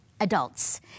adults